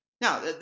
Now